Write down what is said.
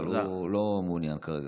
אבל הוא לא מעוניין כרגע.